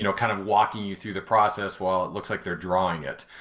you know kind of walking you through the process while it looks like they're drawing it.